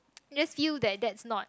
I just feel that that's not